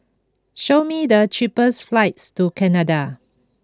show me the cheapest flights to Canada